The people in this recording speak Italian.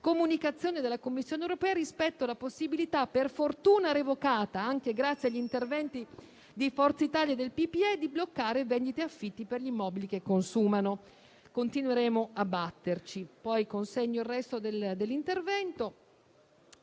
comunicazione della Commissione europea rispetto alla possibilità, per fortuna revocata, anche grazie all'intervento di Forza Italia e del PPE, di bloccare vendite e affitti per gli immobili che consumano. Continueremo a batterci.